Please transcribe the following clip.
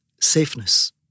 safeness